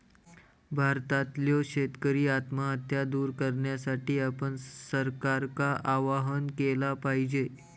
भारतातल्यो शेतकरी आत्महत्या दूर करण्यासाठी आपण सरकारका आवाहन केला पाहिजे